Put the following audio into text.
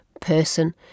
person